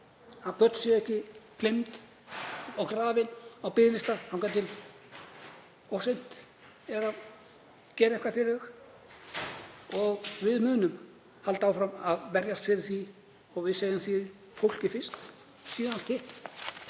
að börn séu ekki gleymd og grafin á biðlista þangað til það er of seint að gera eitthvað fyrir þau. Við munum halda áfram að berjast fyrir þau og við segjum: Fólkið fyrst, síðan allt hitt.